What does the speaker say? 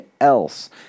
else